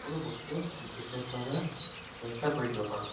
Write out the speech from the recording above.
সকলো বস্তু বিশেষভাৱে ব্য়াখ্য়া কৰি দিব পাৰোঁ